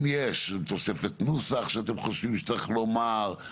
אם יש תוספת נוסח שאתם חושבים שצריך לומר,